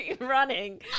running